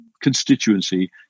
constituency